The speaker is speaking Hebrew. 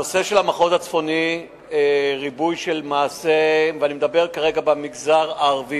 הנושא של המחוז הצפוני ואני מדבר כרגע על המגזר הערבי,